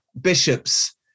bishops